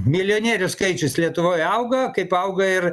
milijonierių skaičius lietuvoj auga kaip auga ir